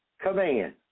command